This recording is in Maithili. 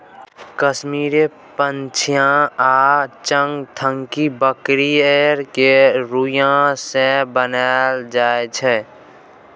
कश्मेरे पश्मिना आ चंगथंगी बकरी केर रोइयाँ सँ बनाएल जाइ छै